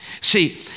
See